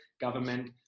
government